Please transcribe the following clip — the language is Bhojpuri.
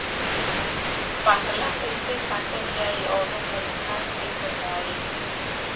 बाकला कईसे काटल जाई औरो कट्ठा से कटाई?